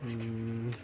mm